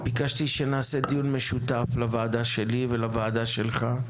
ביקשתי שנעשה דיון משותף לוועדה שלי ולוועדה שלך.